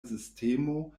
sistemo